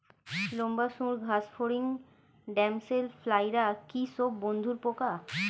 লম্বা সুড় ঘাসফড়িং ড্যামসেল ফ্লাইরা কি সব বন্ধুর পোকা?